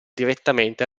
direttamente